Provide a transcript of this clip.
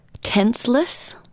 tenseless